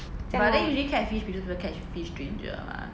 这样 lor